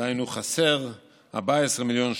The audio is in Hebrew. דהיינו חסרים 14 מיליון שקל.